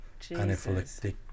anaphylactic